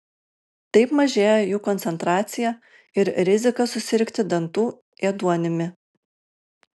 taip mažėja jų koncentracija ir rizika susirgti dantų ėduonimi